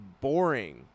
boring